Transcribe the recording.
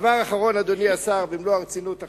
דבר אחרון, אדוני השר, במלוא הרצינות עכשיו,